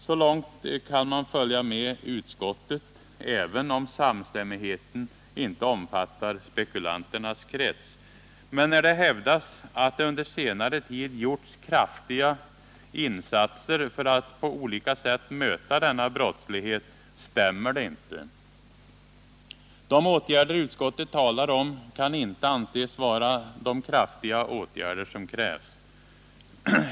Så långt kan man följa med utskottet även om samstämmigheten inte omfattar spekulanternas krets. Men när det hävdas att det under senare tid gjorts kraftiga insatser för att på olika sätt möta denna brottslighet, stämmer det inte. De åtgärder utskottet talar om kan inte anses vara de kraftiga åtgärder som krävs.